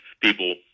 people